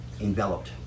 enveloped